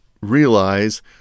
realize